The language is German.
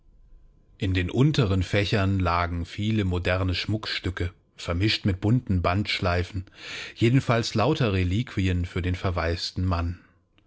in den unteren fächern lagen viele moderne schmuckstücke vermischt mit bunten bandschleifen jedenfalls lauter reliquien für den verwaisten mann